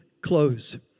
close